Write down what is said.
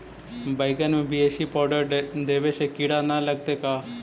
बैगन में B A C powder देबे से किड़ा न लगतै का?